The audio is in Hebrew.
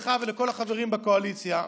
לך ולכל החברים בקואליציה,